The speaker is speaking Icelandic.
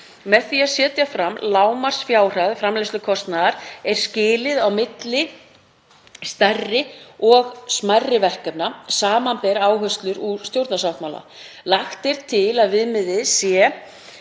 Með því að setja fram lágmarksfjárhæð framleiðslukostnaðar er skilið á milli „stærri“ og „smærri“ verkefna, samanber áherslur úr stjórnarsáttmála. Lagt er til að miðað sé